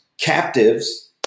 captives